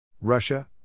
Russia